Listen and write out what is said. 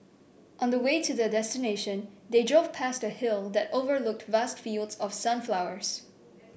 on the way to their destination they drove past a hill that overlooked vast fields of sunflowers